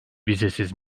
vizesiz